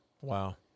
wow